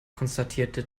konstatierte